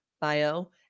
bio